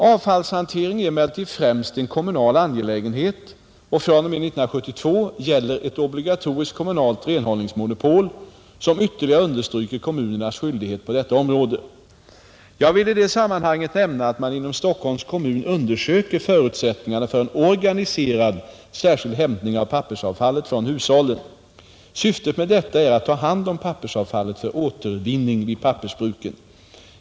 Avfallshantering är emellertid främst en kommunal angelägenhet, och fr.o.m. 1972 gäller ett obligatoriskt kommunalt renhållningsmonopol, som ytterligare understryker kommunernas skyldigheter på detta område, Jag vill i det sammanhanget nämna att man inom Stockholms kommun undersöker förutsättningarna för en organiserad särskild hämtning av pappersavfallet från hushållen. Syftet med detta är att ta hand om pappersavfallet för återvinning vid pappersbruken.